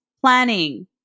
planning